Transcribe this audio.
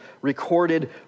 recorded